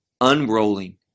unrolling